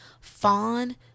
fawn